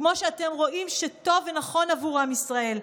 כמו שאתם רואים שטוב ונכון עבור עם ישראל.